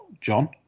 John